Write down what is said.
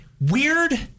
weird